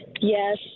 Yes